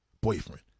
Boyfriend